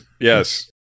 Yes